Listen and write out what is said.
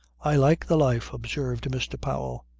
i like the life, observed mr. powell.